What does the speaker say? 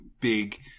big